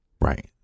Right